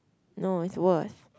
no it's worse